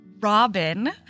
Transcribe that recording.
Robin